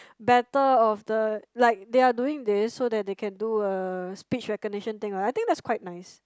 better of the like they are doing this so that they can do a speech recognition thing I think that's quite nice